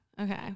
Okay